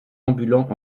ambulant